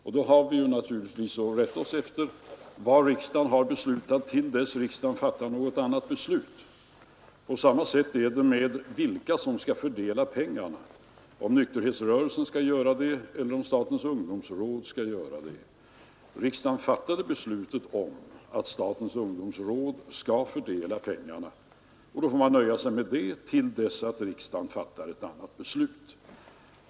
Och då har vi naturligtvis att rätta oss efter vad riksdagen har beslutat till dess riksdagen fattar något annat beslut. På samma sätt är det med frågan om vilka som skall fördela pengarna — om nykterhetsrörelsen eller om statens ungdomsråd skall göra det. Riksdagen fattade beslutet att statens ungdomsråd skall fördela pengarna, och då får man nöja sig med det till dess riksdagen fattar ett annat beslut.